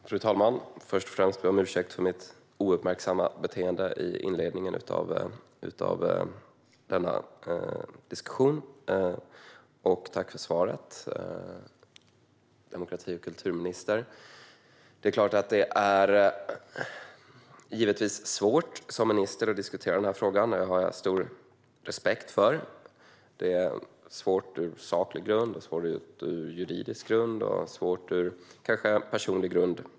Fru talman! Först och främst ber jag om ursäkt för mitt ouppmärksamma beteende i inledningen av denna debatt. Tack för svaret, demokrati och kulturministern! Det är givetvis svårt som minister att diskutera den här frågan, och det har jag stor respekt för. Det är svårt på saklig, juridisk och kanske också personlig grund.